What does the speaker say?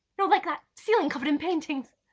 you know like that ceiling covered in paintings.